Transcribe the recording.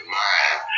mind